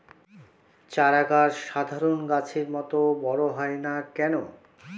চারা গাছ সাধারণ গাছের মত বড় হয় না কেনো?